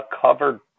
covered